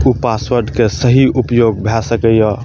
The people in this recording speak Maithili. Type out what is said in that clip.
पासवर्डके सही उपयोग भाशए सकैया